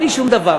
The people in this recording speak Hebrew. בלי שום דבר,